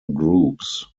groups